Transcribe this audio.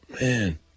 Man